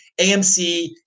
AMC